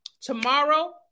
tomorrow